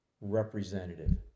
representative